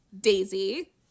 Daisy